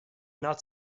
not